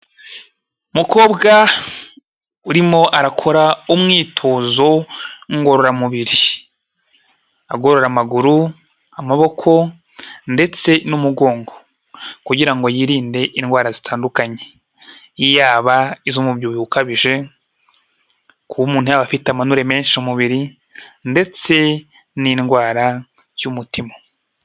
Umukobwa urimo arakora umwitozo ngororamubiri, agorora amaguru, amaboko ndetse n'umugongo kugira ngo yirinde indwara zitandukanye, yaba iz'umubyibuho ukabije, kuba umuntu yaba afite amanure menshi mu mubiri ndetse n'indwara y'umutima.